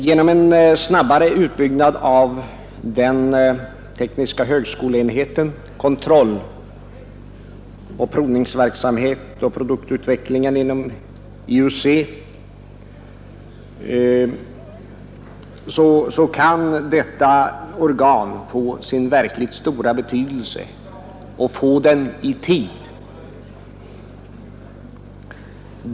Genom en snabbare utbyggnad av den tekniska högskoleenheten, kontrolloch provningsverksamheten och produktutvecklingen kan IUC få sin verkligt stora betydelse, och få den i tid.